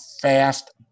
fast